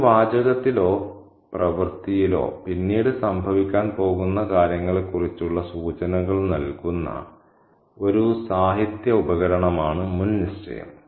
ഒരു വാചകത്തിലോ പ്രവൃത്തിയിലോ പിന്നീട് സംഭവിക്കാൻ പോകുന്ന കാര്യങ്ങളെക്കുറിച്ചുള്ള സൂചനകൾ നൽകുന്ന ഒരു സാഹിത്യ ഉപകരണമാണ് മുൻനിശ്ചയം